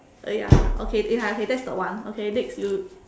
uh ya okay ya okay that's the one okay next you